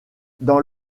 dans